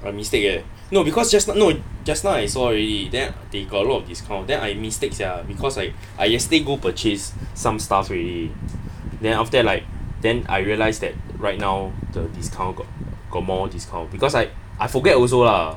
my mistake eh no because jus~ no just now I saw already then they got a lot of discount then I mistake sia because I yesterday go purchase some stuff already then after that like then I realise that right now the discount got more discount because I I forget also uh